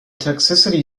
toxicity